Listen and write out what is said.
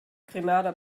grenada